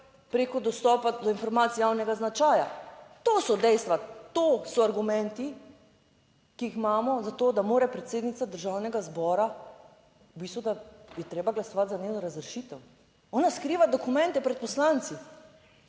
preko dostopa do informacij javnega značaja. To so dejstva, to so argumenti, ki jih imamo za to, da mora predsednica Državnega zbora, v bistvu, da je treba glasovati za njeno razrešitev. Ona skriva dokumente pred poslanci.